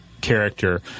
character